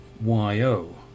y-o